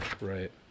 right